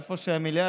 איפה שהמליאה,